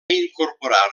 incorporar